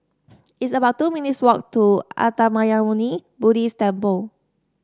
it's about two minutes' walk to Uttamayanmuni Buddhist Temple